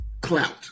clout